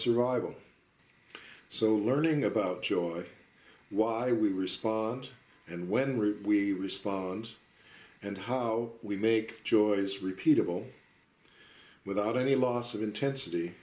survival so learning about joy why we respond and when we respond and how we make joys repeatable without any loss of intensity